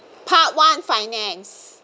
part one finance